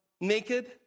naked